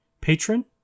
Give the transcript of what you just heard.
patron